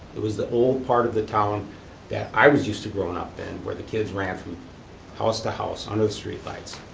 it was the old part of the town that i was used to growing up in, where the kids ran from house to house under the street lights.